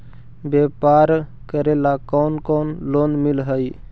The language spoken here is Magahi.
व्यापार करेला कौन कौन लोन मिल हइ?